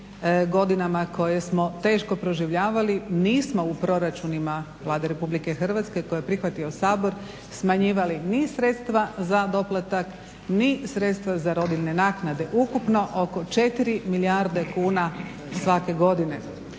godinama koje smo teško proživljavali. Nismo u proračunima Vlada Republike Hrvatske koje je prihvatio Sabor smanjivali ni smanjenja za doplatak, ni sredstva za rodiljne naknade, ukupno oko 4 milijarde kuna svake godine.